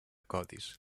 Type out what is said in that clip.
codis